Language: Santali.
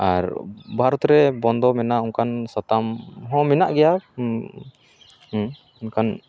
ᱟᱨ ᱵᱷᱟᱨᱚᱛ ᱨᱮ ᱵᱚᱱᱫᱚ ᱢᱮᱱᱟᱜ ᱚᱱᱠᱟᱱ ᱥᱟᱛᱟᱢ ᱦᱚᱸ ᱢᱮᱱᱟᱜ ᱜᱮᱭᱟ ᱢᱮᱱᱠᱷᱟᱱ